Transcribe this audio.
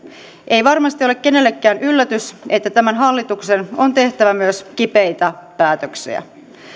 ei varmasti ole kenellekään yllätys että tämän hallituksen on tehtävä myös kipeitä päätöksiä